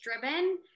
driven